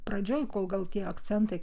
pradžioj kol tie akcentai